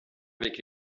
avec